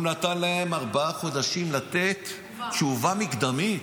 הוא נתן להם ארבעה חודשים לתת תשובה מקדמית,